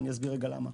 ואני אסביר למה.